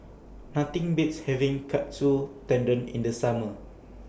Nothing Beats having Katsu Tendon in The Summer